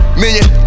million